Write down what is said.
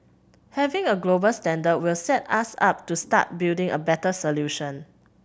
having a global standard will set us up to start building a better solution